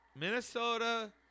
Minnesota